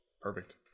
perfect